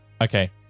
Okay